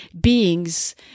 beings